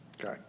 Okay